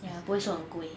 ya 不会说很贵